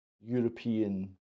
European